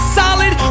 solid